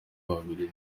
babiri